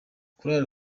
korali